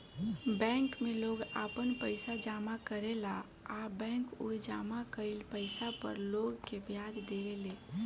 bank में लोग आपन पइसा जामा करेला आ बैंक उ जामा कईल पइसा पर लोग के ब्याज देवे ले